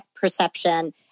perception